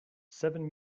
seven